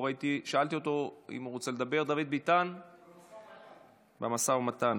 שאלתי אותו אם הוא רוצה לדבר, במשא ומתן,